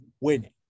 winning